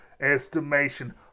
estimation